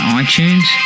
iTunes